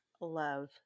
love